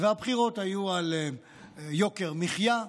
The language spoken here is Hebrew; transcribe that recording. והבחירות היו על יוקר המחיה,